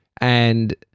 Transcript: and-